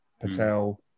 Patel